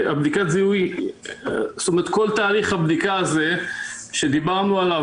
כל תהליך הבדיקה הזה שדיברנו עליו,